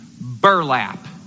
burlap